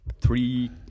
three